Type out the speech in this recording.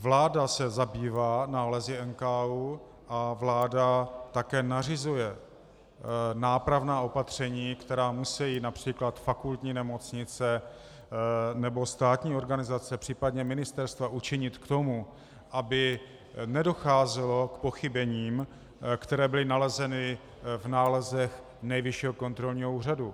Vláda se zabývá nálezy NKÚ a vláda také nařizuje nápravná opatření, která musejí například fakultní nemocnice nebo státní organizace, případně ministerstva učinit k tomu, aby nedocházelo k pochybením, která byla nalezena v nálezech Nejvyššího kontrolního úřadu.